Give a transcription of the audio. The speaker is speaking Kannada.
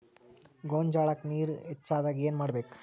ಗೊಂಜಾಳಕ್ಕ ನೇರ ಹೆಚ್ಚಾದಾಗ ಏನ್ ಮಾಡಬೇಕ್?